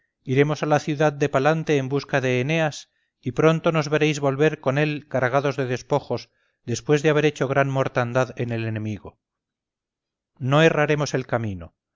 iremos a la ciudad de palante en busca de eneas y pronto nos veréis volver con él cargados de despojos después de haber hecho gran mortandad en el enemigo no erraremos el camino